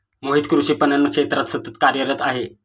मोहित कृषी पणन क्षेत्रात सतत कार्यरत आहे